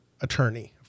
attorney-